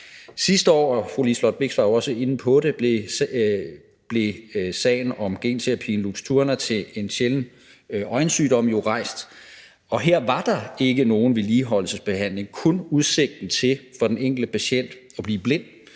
det – blev sagen om genterapi med Luxturna til en sjælden øjensygdom jo rejst, og her var der ikke nogen vedligeholdelsesbehandling, kun udsigten til for den enkelte patient at blive blind